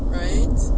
right